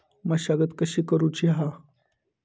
मशागत कशी करूची हा?